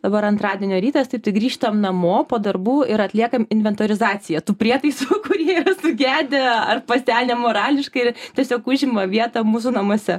dabar antradienio rytas taip tai grįžtam namo po darbų ir atliekam inventorizaciją tų prietaisų kurie sugedę ar pasenę morališkai ir tiesiog užima vietą mūsų namuose